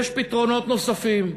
יש פתרונות נוספים,